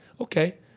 okay